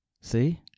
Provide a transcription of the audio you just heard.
see